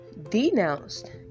denounced